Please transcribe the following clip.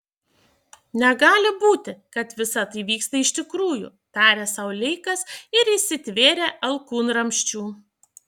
negali būti kad visa tai vyksta iš tikrųjų tarė sau leikas ir įsitvėrė alkūnramsčių